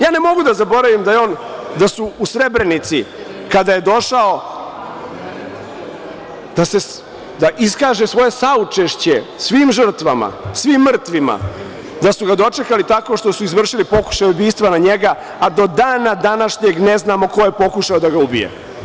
Ja ne mogu da zaboravim da su ga u Srebrenici, kada je došao da iskaže svoje saučešće svim žrtvama, svim mrtvima, dočekali tako što su izvršili pokušaj ubistva na njega, a do dana današnjeg ne znamo ko je pokušao da ga ubije.